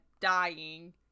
dying